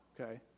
okay